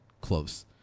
close